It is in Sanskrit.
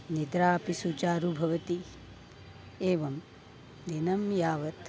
निद्रापि सुचारु भवति एवं दिनं यावत्